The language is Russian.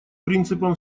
принципом